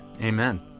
Amen